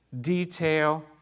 detail